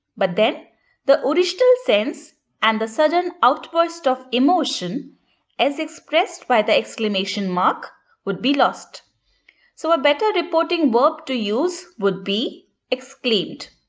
but then the original sense and the sudden outburst of emotion as expressed by the exclamation mark would be lost so a better reporting verb to use would be exclaimed.